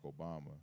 Obama